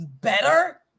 better